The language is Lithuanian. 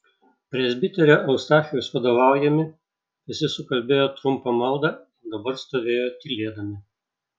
presbiterio eustachijaus vadovaujami visi sukalbėjo trumpą maldą ir dabar stovėjo tylėdami